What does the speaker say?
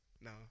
no